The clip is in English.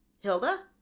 hilda